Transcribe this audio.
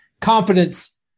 confidence